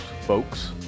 folks